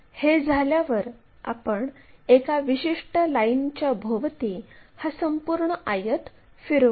हे झाल्यावर आपण एका विशिष्ट लाईनच्या भोवती हा संपूर्ण आयत फिरवू